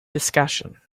discussion